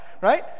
right